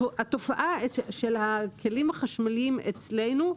התופעה של הכלים החשמליים אצלנו,